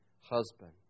husband